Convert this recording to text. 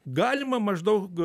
galima maždaug